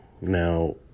Now